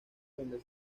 donde